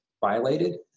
violated